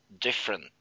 different